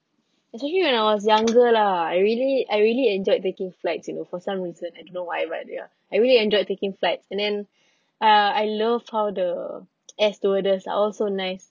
actually when I was younger lah I really I really enjoyed taking flights you know for some reason I don't know why but ya I really enjoyed taking flights and then uh I love how the air stewardess are all so nice